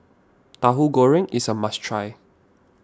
Tahu Goreng is a must try